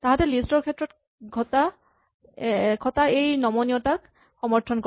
তাহাঁতে লিষ্ট ৰ ক্ষেত্ৰত খটা এই নমনীয়তাক সমৰ্থন কৰে